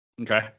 Okay